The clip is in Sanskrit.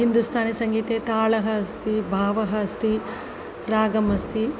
हिन्दुस्थानी सङ्गीते तालः अस्ति भावः अस्ति रागम् अस्ति